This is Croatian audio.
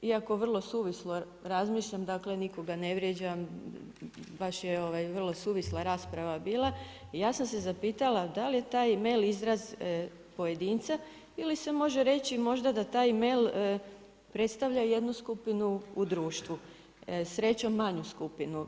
Iako vrlo suvislo razmišljam dakle nikoga ne vrijeđam, baš je ovaj vrlo suvisla rasprava bila, ja sam se zapitala da li je taj mail izraz pojedinca ili se može reći da možda taj mail predstavlja jednu skupinu u društvu, srećom manju skupinu?